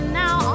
now